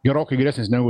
gerokai geresnis negu